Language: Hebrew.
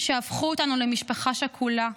שהפכו אותנו למשפחה שכולה,